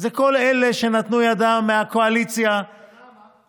כל אלה שנתנו ידם מהקואליציה, ולמה?